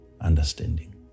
understanding